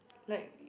like